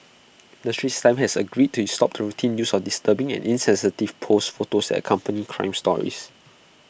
the straits times has agreed to stop the routine use of disturbing and insensitive posed photos that accompany crime stories